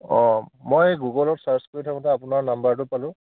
অ মই গুগলত চাৰ্ছ কৰি থাকোঁতে আপোনাৰ নাম্বাৰটো পালোঁ